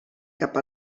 cap